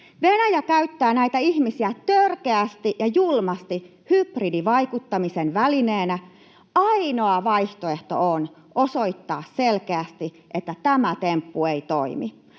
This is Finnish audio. Venäjä käyttää näitä ihmisiä törkeästi ja julmasti hybridivaikuttamisen välineenä. Ainoa vaihtoehto on osoittaa selkeästi, että tämä temppu ei toimi.